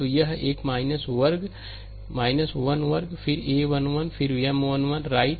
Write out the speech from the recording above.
तो यह है 1 वर्ग फिर a1 1 फिर M1 1 राइट